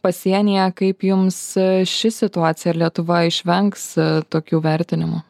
pasienyje kaip jums ši situacija ar lietuva išvengs tokių vertinimų